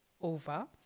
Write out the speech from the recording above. over